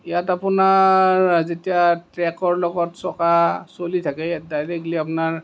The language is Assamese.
ইয়াত আপোনাৰ যেতিয়া ট্ৰেকৰ লগত চকা চলি থাকে ডাইৰেক্টলি আপোনাৰ